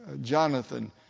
Jonathan